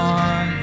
on